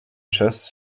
chasse